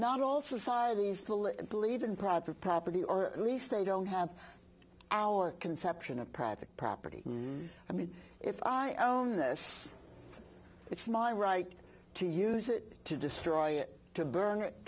not all societies believe in private property or at least they don't have our conception of private property i mean if i own this it's my right to use it to destroy it to burn it